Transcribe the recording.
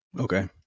Okay